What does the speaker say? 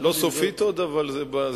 עדיין לא סופית, אבל זה הכיוון.